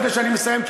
לפני שאני מסיים,